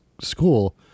school